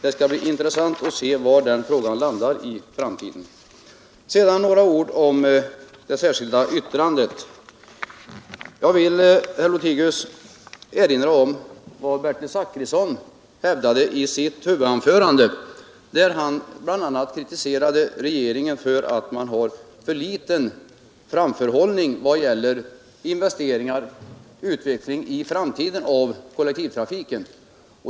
Det skall bli intressant att se var den frågan hamnar i framtiden. Sedan några ord om det särskilda yttrandet. Jag vill, Carl-Wilhelm Lothigius, erinra om vad Bertil Zachrisson hävdade i sitt huvudanförande, när han bl.a. kritiserade regeringen för att man har för dålig framförhållning vad gäller investeringar och den framtida utvecklingen av kollektivtrafiken.